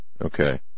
Okay